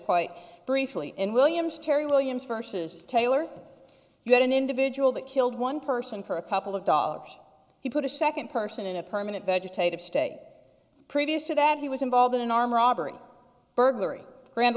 quite briefly in williams terrie williams versus taylor got an individual that killed one person for a couple of dollars he put a second person in a permanent vegetative state previous to that he was involved in an arm robbery burglary grand